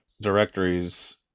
directories